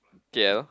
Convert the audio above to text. K_L